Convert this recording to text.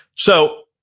so,